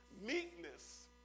meekness